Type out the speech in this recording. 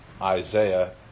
Isaiah